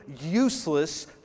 useless